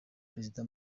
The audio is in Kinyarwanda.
perezida